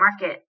market